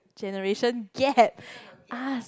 generation gap ask